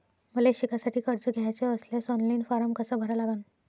मले शिकासाठी कर्ज घ्याचे असल्यास ऑनलाईन फारम कसा भरा लागन?